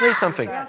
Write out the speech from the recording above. ah something. yeah